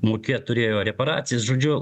mokėt turėjo reparacijas žodžiu